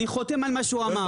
אני חותם על מה שהוא אמר.